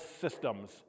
systems